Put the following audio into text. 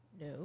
No